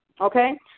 okay